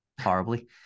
horribly